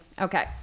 Okay